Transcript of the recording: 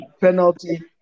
penalty